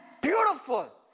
beautiful